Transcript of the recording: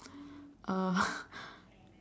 uh